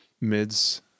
mids